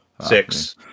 Six